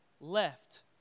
left